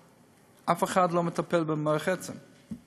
אף אחד לא מטפל במוח עצם,